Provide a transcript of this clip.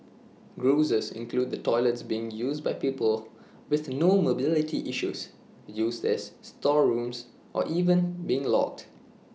grouses include the toilets being used by people with no mobility issues used as storerooms or even being locked